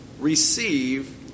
receive